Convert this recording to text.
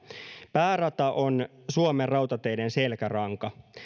päärata on suomen rautateiden selkäranka